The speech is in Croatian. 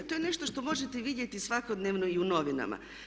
To je nešto što možete vidjeti svakodnevno i u novinama.